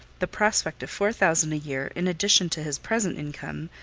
the prospect of four thousand a-year, in addition to his present income,